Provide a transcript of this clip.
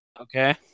Okay